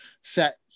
set